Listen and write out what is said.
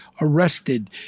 arrested